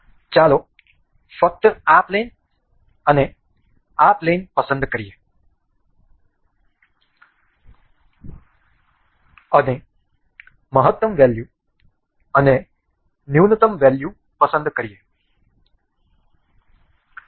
ચાલો ફક્ત આ પ્લેન અને આ પ્લેન પસંદ કરીએ અને મહત્તમ વેલ્યુ અને ન્યૂનતમ વેલ્યુ પસંદ કરીશું